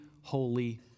holy